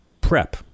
PrEP